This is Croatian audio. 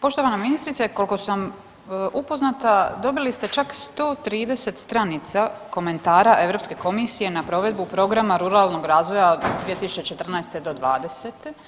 Poštovana ministrice koliko sam upoznata dobili ste čak 130 stranica komentara Europske komisije na provedbu programa ruralnog razvoja od 2014. do '20.